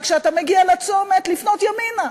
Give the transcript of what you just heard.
וכשאתה מגיע לצומת לפנות ימינה.